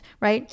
right